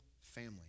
family